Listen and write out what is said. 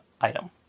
item